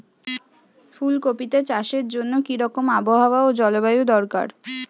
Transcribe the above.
ফুল কপিতে চাষের জন্য কি রকম আবহাওয়া ও জলবায়ু দরকার?